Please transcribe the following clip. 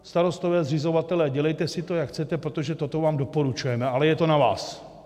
Starostové a zřizovatelé, dělejte si to, jak chcete, protože toto vám doporučujeme, ale je to na vás.